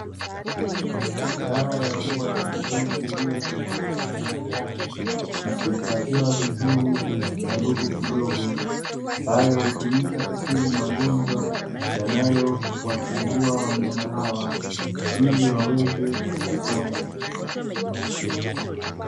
Dawa ya mbwa ya kidonge iliyotengenezwa kiwandani na kuhifadhiwa vizuri kwenye kisanduku kidogo, ambayo hutumika kutibu magonjwa yanayowasumbua wanyama hawa ili waweze kupona.